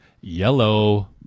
yellow